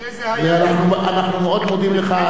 אנחנו מאוד מודים לך,